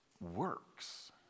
works